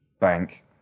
bank